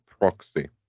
proxy